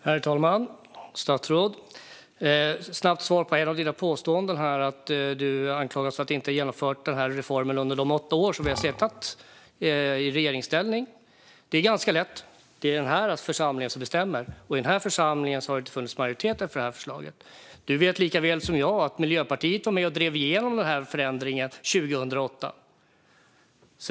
Herr talman! Statsrådet anklagar oss socialdemokrater för att inte ha genomfört den här reformen under de åtta år vi satt i regeringsställning. Svaret är ganska enkelt: Det är den här församlingen som bestämmer, och här har det saknats majoritet för förslaget. Statsrådet vet lika väl som jag att Miljöpartiet var med och drev igenom förändringen 2008.